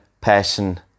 passion